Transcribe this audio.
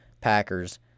Packers